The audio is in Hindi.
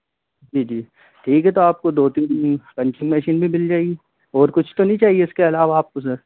जी जी ठीक है तो अप को दो तीन पंचिंग मशीन भी मिल जाएंगी और कुछ तो नहीं चाहिए इस के अलावा आप को सर